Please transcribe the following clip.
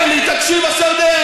אתה, הוא אומר לי, תקשיב, השר דרעי: